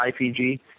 IPG